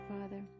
father